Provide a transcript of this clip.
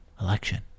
Election